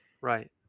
Right